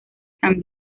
san